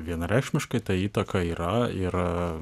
vienareikšmiškai ta įtaka yra ir